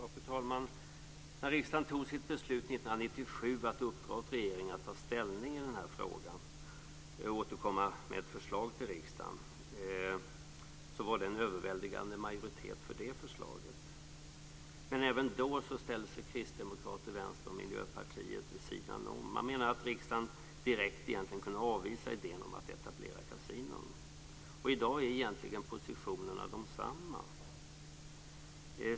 Fru talman! När riksdagen fattade sitt beslut 1997 att uppdra åt regeringen att ta ställning i denna fråga och återkomma med förslag till riksdagen var det en överväldigande majoritet för det förslaget. Men även då ställde sig Kristdemokraterna, Vänsterpartiet och Miljöpartiet vid sidan om. De menade att riksdagen egentligen direkt kunde avvisa idén om att etablera kasinon. I dag är egentligen positionerna desamma.